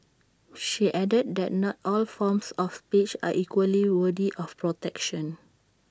she added that not all forms of speech are equally worthy of protection